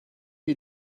you